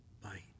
bite